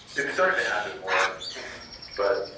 it's starting to happen more but